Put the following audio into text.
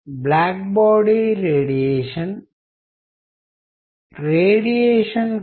నేను వాగ్దానం చేసినట్లుగా ఇతర సోషల్ మీడియా కార్యకలాపాలు ఉంటాయి